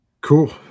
Cool